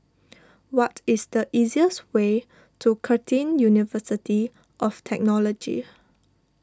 what is the easiest way to Curtin University of Technology